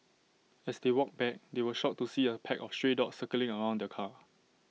as they walked back they were shocked to see A pack of stray dogs circling around the car